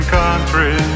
country